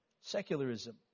Secularism